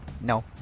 No